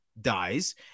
dies